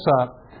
up